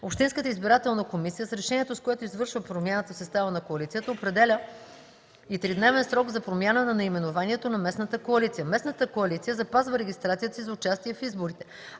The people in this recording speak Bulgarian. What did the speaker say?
общинската избирателна комисия с решението, с което извършва промяната в състава на коалицията, определя и тридневен срок за промяна на наименованието на местната коалиция. Местната коалиция запазва регистрацията си за участие в изборите,